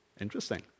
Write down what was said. Interesting